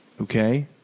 Okay